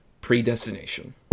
Predestination